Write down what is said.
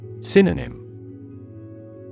Synonym